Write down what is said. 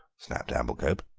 snapped amblecope.